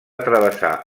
travessar